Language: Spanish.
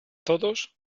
todos